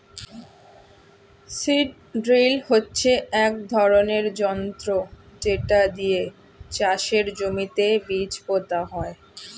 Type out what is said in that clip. seed drill হচ্ছে এক ধরনের যন্ত্র যেটা দিয়ে চাষের জমিতে বীজ পোতা হয়